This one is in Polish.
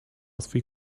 swój